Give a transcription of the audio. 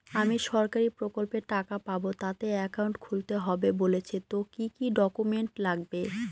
আমি সরকারি প্রকল্পের টাকা পাবো তাতে একাউন্ট খুলতে হবে বলছে তো কি কী ডকুমেন্ট লাগবে?